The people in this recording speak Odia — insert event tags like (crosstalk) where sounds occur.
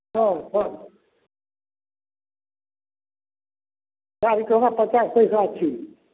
ହଁ କୁହନ୍ତୁ ଆଜି (unintelligible) ପଚାଶ ପଇସା ଅଛି